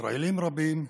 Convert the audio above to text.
ישראלים רבים,